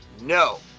No